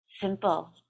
simple